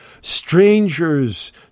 strangers